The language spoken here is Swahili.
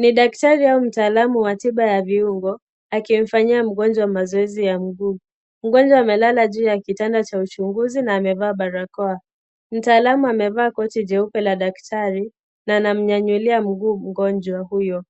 NI daktari au mtaalamu wa tiba ya viungo akimfanyia mgonjwa mazoezi ya mguu. Mgonjwa amelala juu ya kitanda cha uchunguzi na amevaa barakoa . Mtaalamu amevaa koti jeupe la daktari na anamnyanyulia miguu mgonjwa huyo.